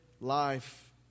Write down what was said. life